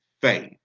faith